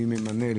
מי ממנה?